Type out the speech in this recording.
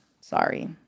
Sorry